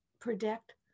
predict